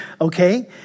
Okay